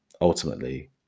Ultimately